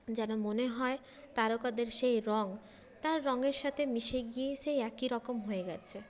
যেন মনে হয় তারকাদের সেই রঙ তার রঙের সাথে মিশে গিয়ে সেই একই রকম হয়ে গেছে